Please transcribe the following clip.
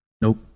Nope